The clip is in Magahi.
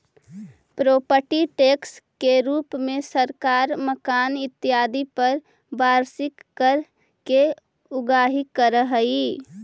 प्रोपर्टी टैक्स के रूप में सरकार मकान इत्यादि पर वार्षिक कर के उगाही करऽ हई